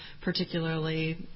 particularly